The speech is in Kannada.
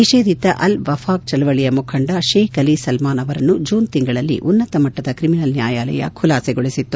ನಿಷೇಧಿತ ಅಲ್ ವಫಾಕ್ ಚಳುವಳಿಯ ಮುಖಂಡ ಶೇಖ್ ಅಲಿ ಸಲ್ನಾನ್ ಅವರನ್ನು ಜೂನ್ ತಿಂಗಳಲ್ಲಿ ಉನ್ನತಮಟ್ಟದ ತ್ರಿಮಿನಲ್ ನ್ವಾಯಾಲಯ ಖುಲಾಸೆಗೊಳಿಬತ್ತು